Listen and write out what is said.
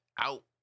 out